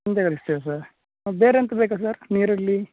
ಸಂಜೆ ಕಳಿಸ್ತೇವೆ ಸರ್ ಬೇರೆ ಎಂಥ ಬೇಕಾ ಸರ್ ನೀರುಳ್ಳಿ